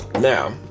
Now